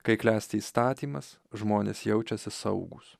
kai klesti įstatymas žmonės jaučiasi saugūs